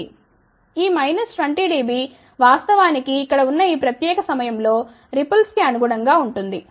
ఈ minus 20 dB వాస్తవానికి ఇక్కడ ఉన్న ఈ ప్రత్యేక సమయంలో రిపుల్స్ కి అనుగుణంగా ఉంటుంది